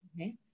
Okay